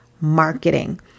marketing